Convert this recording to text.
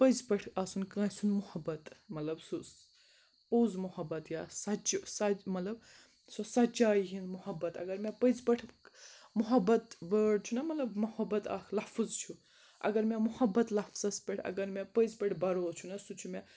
پٔزۍ پٲٹھۍ آسُن کٲنٛسہِ ہُنٛد مُحبت ملب سُہ پوٚز محبت یا سچہِ سچ مطلب سُہ سچایی ہِنٛد محبت اگر مےٚ پٔزۍ پٲٹھۍ محبت وٲڑ چھُنَہ مطلب محبت اکھ لفظ چھُ اگر مےٚ محبت لفظس پٮ۪ٹھ اگر مےٚ پٔزۍ پٲٹھۍ بروس چھُنَہ سُہ چھُ مےٚ